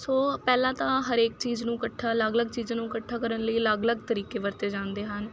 ਸੋ ਪਹਿਲਾਂ ਤਾਂ ਹਰੇਕ ਚੀਜ਼ ਨੂੰ ਇਕੱਠਾ ਅਲੱਗ ਅਲੱਗ ਚੀਜ਼ਾਂ ਨੂੰ ਇਕੱਠਾ ਕਰਨ ਲਈ ਅਲੱਗ ਅਲੱਗ ਤਰੀਕੇ ਵਰਤੇ ਜਾਂਦੇ ਹਨ